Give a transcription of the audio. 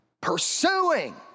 pursuing